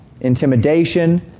intimidation